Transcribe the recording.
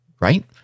right